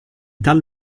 tal